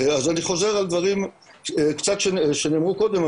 אז אני חוזר על דברים שנאמרו קודם,